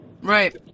Right